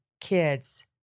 kids